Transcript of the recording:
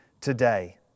today